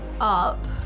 up